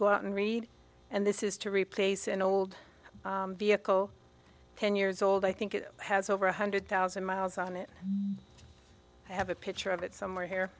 go out and read and this is to replace an old vehicle ten years old i think it has over one hundred thousand miles on it i have a picture of it somewhere h